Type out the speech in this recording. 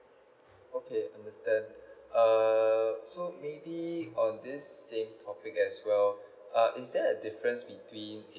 okay understand uh so maybe on the same topic as well so uh is there a difference between a